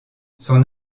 son